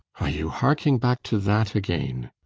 are you harking back to that again!